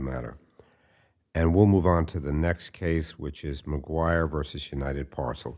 matter and we'll move on to the next case which is mcguire versus united parcel